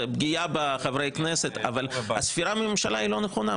זו פגיעה בחברי הכנסת אבל הספירה מכינון הממשלה היא לא נכונה,